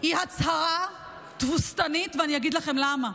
היא הצהרה תבוסתנית, ואני אגיד לכם למה: